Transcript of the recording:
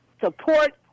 support